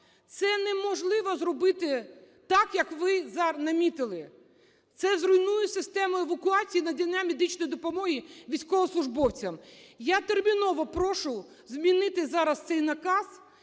Це неможливо зробити так, як ви намітили. Це зруйнує систему евакуації і надання медичної допомоги військовослужбовцям. Я терміново прошу змінити зараз цей наказ